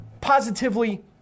Positively